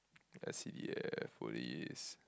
S_C_D_F police